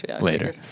later